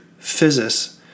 physis